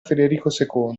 federico